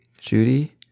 Judy